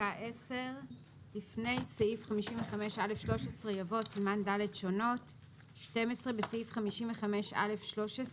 פסקה 10. "(10)לפני סעיף 55א13 יבוא: (12)בסעיף 55א13,